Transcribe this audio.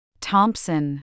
Thompson